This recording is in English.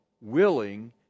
willing